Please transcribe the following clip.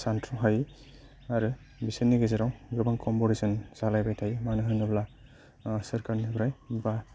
सानथ्र'हायै आरो बिसोरनि गेजेराव गोबां कम्पिटिशन जालायबाय थायो मानो होनोब्ला सोरकारनिफ्राय बा